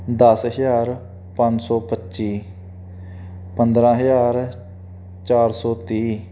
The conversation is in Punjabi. ਦਸ ਹਜ਼ਾਰ ਪੰਜ ਸੌ ਪੱਚੀ ਪੰਦਰਾਂ ਹਜ਼ਾਰ ਚਾਰ ਸੌ ਤੀਹ